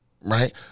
right